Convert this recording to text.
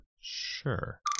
sure